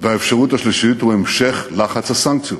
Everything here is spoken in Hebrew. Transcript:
והאפשרות השלישית היא המשך לחץ הסנקציות.